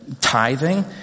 tithing